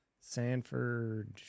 Sanford